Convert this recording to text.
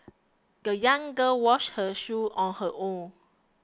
the young girl washed her shoes on her own